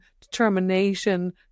determination